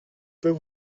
peux